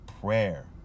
prayer